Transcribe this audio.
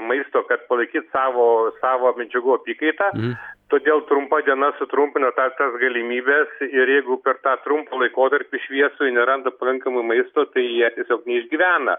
maisto kad palaikyt savo savo medžiagų apykaitą todėl trumpa diena sutrumpina ta tas galimybes ir jeigu per tą trump laikotarpį šviesųjį neranda pakankamai maisto tai jie tiesiog neišgyvena